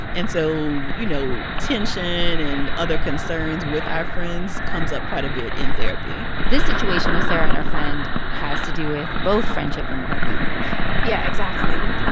and so, you know, tension and other concerns with our friends comes up quite a bit in therapy this situation with sarah and her friend has to do with both friendship and work yeah, exactly.